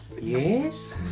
yes